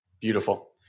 Beautiful